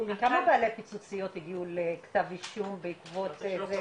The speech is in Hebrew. כמה בעלי פיצוציות הגיעו לכתב אישום בעקבות זה?